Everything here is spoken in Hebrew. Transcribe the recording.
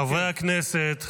חברי הכנסת.